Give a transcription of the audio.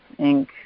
Inc